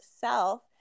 self